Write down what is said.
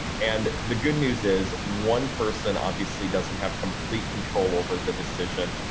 and the good news is one person obviously doesn't have complete control over the decision,